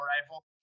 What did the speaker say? rifle